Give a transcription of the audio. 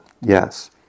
yes